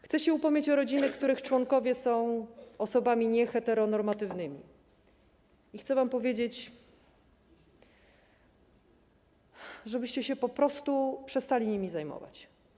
Chcę się upomnieć o rodziny, których członkowie są osobami nieheteronormatywnymi, i chcę wam powiedzieć, żebyście się po prostu przestali nimi zajmować.